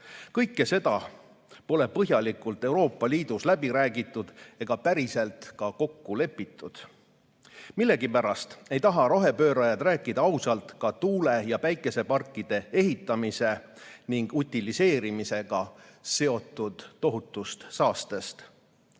Kõike seda pole põhjalikult Euroopa Liidus läbi räägitud ega päriselt ka kokku lepitud. Millegipärast ei taha rohepöörajad rääkida ausalt ka tuule- ja päikeseparkide ehitamise ning utiliseerimisega seotud tohutust saastest. Rohepööre